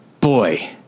boy